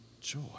joy